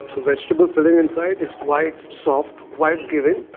the vegetable filling inside is quite soft, quite giving.